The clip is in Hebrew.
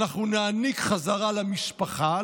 אנחנו נעניק חזרה למשפחה,